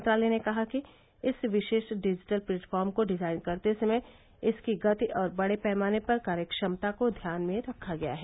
मंत्रालय ने कहा कि इस विशेष डिजिटल प्लेटफॉर्म को डिजाइन करते समय इसकी गति और बड़े पैमाने पर कार्यक्षमता को ध्यान में रखा गया है